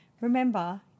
remember